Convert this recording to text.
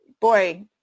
Boy